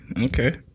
Okay